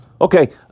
Okay